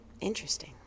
Interesting